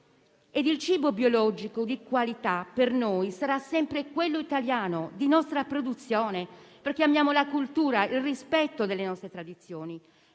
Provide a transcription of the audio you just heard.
Il cibo biologico di qualità per noi sarà sempre quello italiano, di nostra produzione, perché amiamo la cultura e il rispetto delle nostre tradizioni.